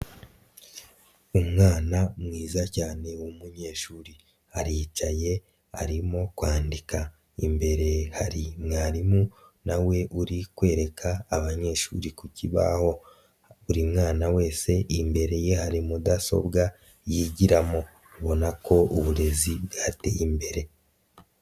Umwana mwiza cyanew'umunyeshuri. Aricaye arimo kwandika. Imbere hari mwarimu na we uri kwereka abanyeshuri ku kibaho, buri mwana wese imbere ye hari mudasobwa yigiramo. Ubona ko uburezi bwateye imbere.